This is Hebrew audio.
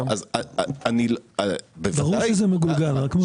ברור שזה מגולגל.